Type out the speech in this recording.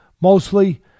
mostly